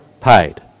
paid